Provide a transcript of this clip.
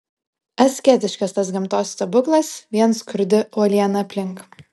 asketiškas tas gamtos stebuklas vien skurdi uoliena aplink